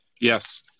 Yes